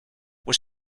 was